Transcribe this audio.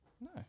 No